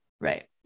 right